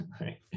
right